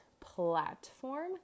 platform